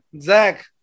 Zach